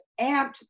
amped